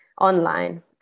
online